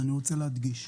אני רוצה להדגיש,